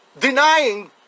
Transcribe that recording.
denying